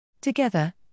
Together